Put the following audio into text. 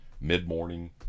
mid-morning